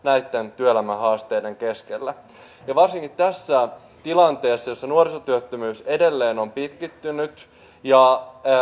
työelämän haasteiden keskellä varsinkin tässä tilanteessa jossa nuorisotyöttömyys edelleen on pitkittynyt